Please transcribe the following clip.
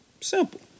Simple